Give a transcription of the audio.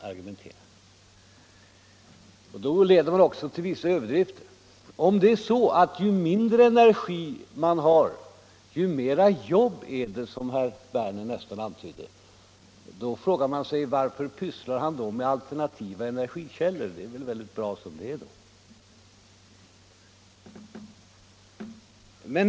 Det leder också till vissa överdrifter. Om det är så att ju mindre tillgång till energi man har desto mera jobb finns det — herr Werner ville nästan antyda det — varför diskuterar han då alternativa energikällor? I så fall är det väl bra som det är.